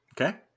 Okay